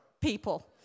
people